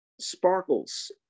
sparkles